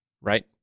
right